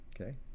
Okay